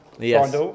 Yes